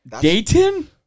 Dayton